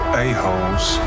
a-holes